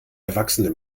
erwachsene